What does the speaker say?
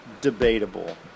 debatable